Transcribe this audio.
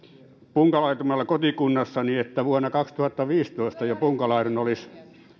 punkalaitumella kotikunnassani että jo vuonna kaksituhattaviisitoista punkalaidun olisi